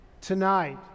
Tonight